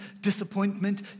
disappointment